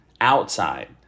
outside